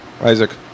isaac